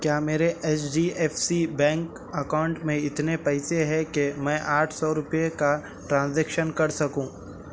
کیا میرے H D F C bank account میں اتنے پیسے ہیں کہ میں آٹھ سو روپے کا ٹرانزیکشن کر سکوں